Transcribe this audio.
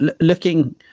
looking